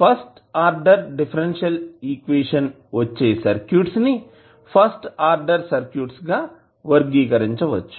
first order differential equation వచ్చే circuits ని first order circuits గా వర్గీకరించవచ్చు